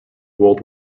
world